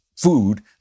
food